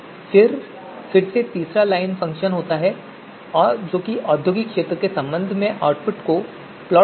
फिर फिर से तीसरा लाइन्स फ़ंक्शन होता है जो औद्योगिक क्षेत्र के संबंध में आउटपुट को प्लॉट करेगा